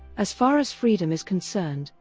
as far as freedom is concerned,